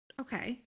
Okay